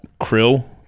Krill